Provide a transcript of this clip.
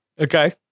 Okay